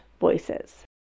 voices